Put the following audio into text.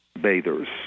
bathers